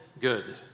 good